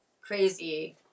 crazy